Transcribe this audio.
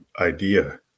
idea